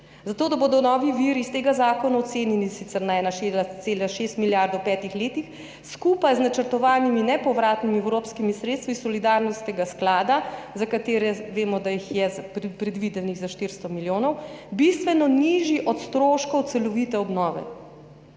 Zato, da bodo novi viri iz tega zakona ocenjeni sicer na 1,6 milijarde v petih letih, skupaj z načrtovanimi nepovratnimi evropskimi sredstvi iz Solidarnostnega sklada, za katera vemo, da so predvidena za 400 milijonov, bistveno nižji od stroškov celovite obnove.